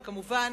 וכמובן